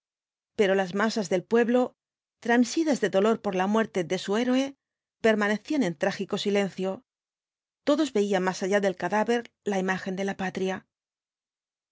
pero las masas del pueblo transidas de dolor por la muerte de su héroe permanecían en trágico silencio todos veían más allá del cadáver la imagen de la patria